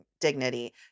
dignity